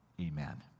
Amen